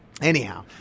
anyhow